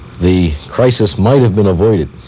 the crisis might have been avoided,